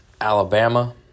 Alabama